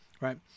Right